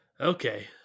Okay